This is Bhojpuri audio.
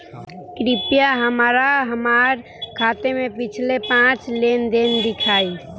कृपया हमरा हमार खाते से पिछले पांच लेन देन दिखाइ